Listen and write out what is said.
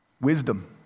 Wisdom